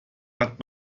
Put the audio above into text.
hat